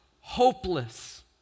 hopeless